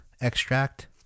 extract